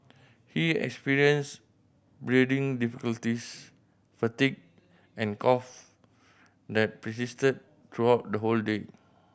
he experienced breathing difficulties fatigue and cough that persisted throughout the whole day